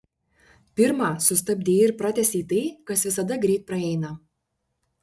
pirma sustabdei ir pratęsei tai kas visada greit praeina